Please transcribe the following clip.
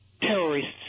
terrorists